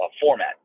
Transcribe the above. format